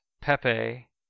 pepe